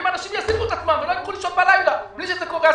אם אנשים יעסיקו את עצמם ולא ילכו לישון בלילה בלי שזה קורה,